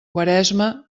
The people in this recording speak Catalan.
quaresma